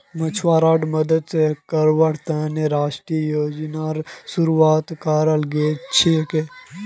मछुवाराड मदद कावार तने राष्ट्रीय योजनार शुरुआत कराल गेल छीले